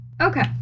Okay